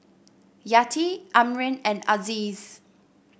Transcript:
Yati Amrin and Aziz